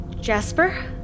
Jasper